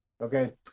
okay